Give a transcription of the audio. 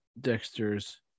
Dexter's